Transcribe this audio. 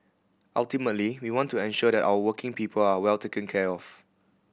ultimately we want to ensure that our working people are well taken care of